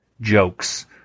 jokes